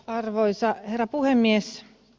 arvoisa herra puhemies